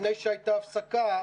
לפני שהייתה הפסקה,